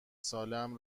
سالهام